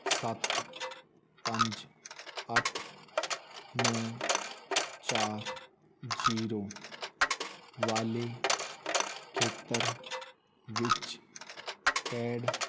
ਸੱਤ ਪੰਜ ਅੱਠ ਨੌਂ ਚਾਰ ਜ਼ੀਰੋ ਵਾਲੇ ਖੇਤਰ ਵਿੱਚ ਪੇਡ